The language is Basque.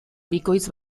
bikoitz